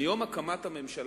מיום הקמת הממשלה